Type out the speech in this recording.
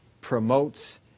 promotes